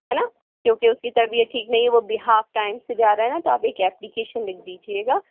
है ना क्योंकि उसकी तबियत ठीक नहीं है वो हाफ़ टाइम से जा रहा है ना तो आप एक एप्लीकेशन लिख दीजिएगा